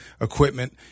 equipment